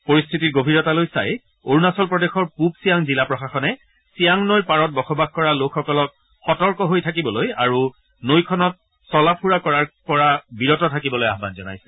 পৰিস্থিতিৰ গভীৰতালৈ চাই অৰুণাচল প্ৰদেশৰ পূব চিয়াং জিলা প্ৰশাসনে চিয়াং নৈৰ পাৰত বসবাস কৰা লোকসকলক সতৰ্ক হৈ থাকিবলৈ আৰু নৈখনত চলাফুৰা কৰাৰ পৰা বিৰত থাকিবলৈ আয়ন জনাইছে